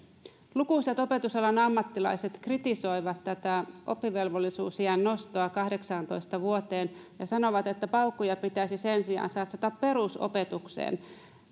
lukuisat opetusalan ammattilaiset kritisoivat tätä oppivelvollisuusiän nostoa kahdeksaantoista vuoteen ja sanovat että paukkuja pitäisi sen sijaan satsata perusopetukseen